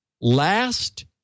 last